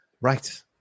Right